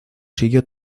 siguió